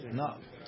no